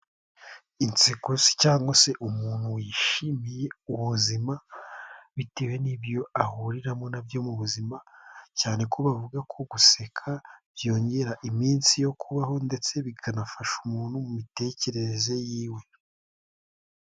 Inseko se cyangwa se umuntu wishimiye ubuzima bitewe n'ibyo ahuriramo nabyo mu buzima cyane ko bavuga ko guseka byongera iminsi yo kubaho ndetse bikanafasha umuntu mu mitekerereze yiwe.